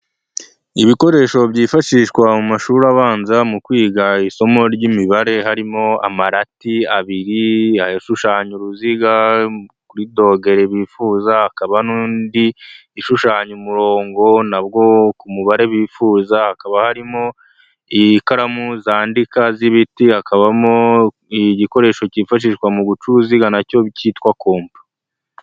Ibikoresho byifashishwa mu mashuri abanza mu kwiga isomo ry'imibare, harimo amarati abiri ayashushanya uruziga kuri dogere bifuza, hakaba n'undi ishushanya umurongo nabwo ku mubare bifuza hakaba harimo ikaramu zandika z'ibiti, hakabamo igikoresho cyifashishwa mu guca uruziga nacyo cyitwa kompa.